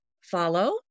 follow